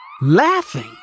Laughing